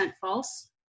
false